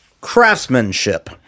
Craftsmanship